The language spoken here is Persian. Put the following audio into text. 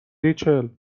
ریچل